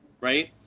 right